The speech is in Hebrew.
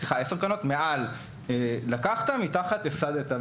מעל - לקחת, מתחת - הפסדת.